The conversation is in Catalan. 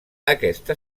aquesta